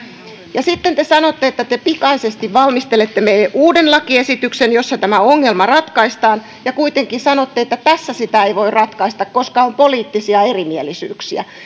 kielletty sitten te sanotte että te pikaisesti valmistelette meille uuden lakiesityksen jossa tämä ongelma ratkaistaan ja kuitenkin sanotte että tässä sitä ei voi ratkaista koska on poliittisia erimielisyyksiä